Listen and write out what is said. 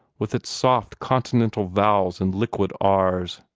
with its soft continental vowels and liquid r's.